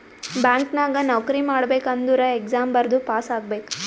bank ನಾಗ್ ನೌಕರಿ ಮಾಡ್ಬೇಕ ಅಂದುರ್ ಎಕ್ಸಾಮ್ ಬರ್ದು ಪಾಸ್ ಆಗ್ಬೇಕ್